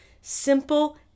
simple